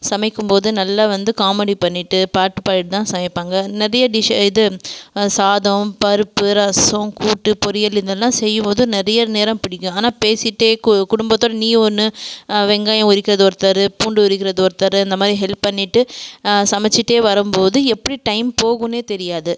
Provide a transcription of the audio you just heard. சமைக்கும்போது நல்லா வந்து காமெடி பண்ணிவிட்டு பாட்டு பாடிட்டுதான் சமைப்பாங்க நிறையா டிஷ்ஷு இது சாதம் பருப்பு ரசம் கூட்டு பொரியல் இதெல்லாம் செய்யும்போது நிறையா நேரம் பிடிக்கும் ஆனால் பேசிட்டே குடும்பத்தோடு நீ ஒன்று வெங்காயம் உரிக்கிறது ஒருத்தர் பூண்டு உரிக்கிறது ஒருத்தர் இந்த மாதிரி ஹெல்ப் பண்ணிவிட்டு சமைச்சிட்டே வரும்போது எப்படி டைம் போகுன்னே தெரியாது